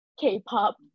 K-pop